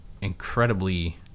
incredibly